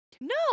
No